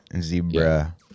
Zebra